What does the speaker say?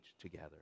together